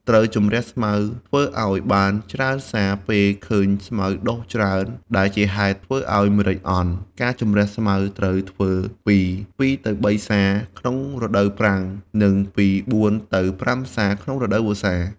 ត្រូវជម្រះស្មៅធ្វើឱ្យបានច្រើនសារពេលឃើញស្មៅដុះច្រើន ដែលជាហេតុធ្វើឱ្យម្រេចអន់ ការជម្រះស្មៅត្រូវធ្វើពី ២ទៅ៣សារ ក្នុងរដូវប្រាំង និងពី៤ទៅ៥សារក្នុងរដូវ វស្សារ។